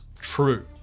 true